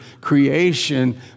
creation